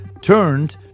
turned